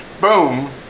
boom